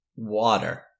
water